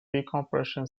decompression